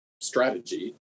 strategy